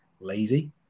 lazy